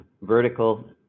vertical